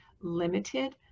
limited